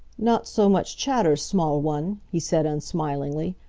not so much chatter, small one, he said, unsmilingly.